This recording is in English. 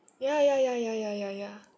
ya ya ya ya ya ya ya